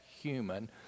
human